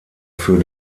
für